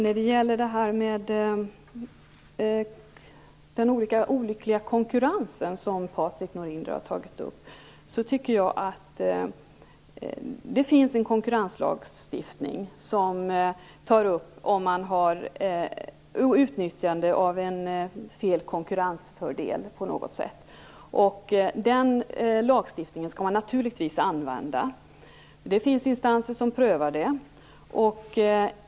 Fru talman! Patrik Norinder tog upp det här med konkurrensen. Det finns en konkurrenslagstiftning som tar upp felaktigt utnyttjande av en konkurrensfördel. Den lagstiftningen skall man naturligtvis använda, och det finns instanser som prövar den.